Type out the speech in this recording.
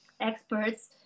experts